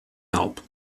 help